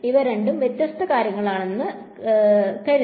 ഇവ രണ്ട് വ്യത്യസ്ത കാര്യങ്ങളാനെന്നെത് ശരിയെന്ന് കരുതി